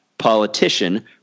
Politician